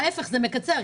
זה מקצר,